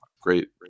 great